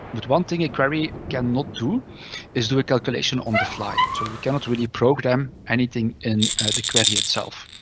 but one thing a query cannot do is do a calculation on the fly. so we cannot really program anything in the query itself.